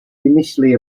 initially